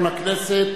דנון ואלכס מילר.